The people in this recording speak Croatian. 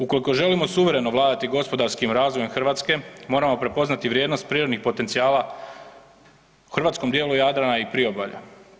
Ukoliko želimo suvereno vladati gospodarskim razvojem Hrvatske moramo prepoznati vrijednost prirodnih potencijala u hrvatskom dijelu Jadrana i Priobalja.